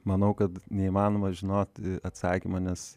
manau kad neįmanoma žinoti atsakymą nes